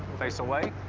face away.